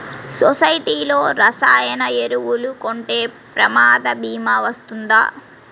సొసైటీలో రసాయన ఎరువులు కొంటే ప్రమాద భీమా వస్తుందా?